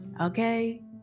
okay